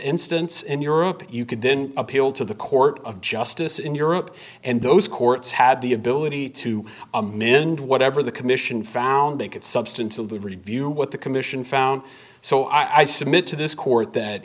instance in europe you could then appeal to the court of justice in europe and those courts had the ability to amend whatever the commission found they could substantively review what the commission found so i submit to this court that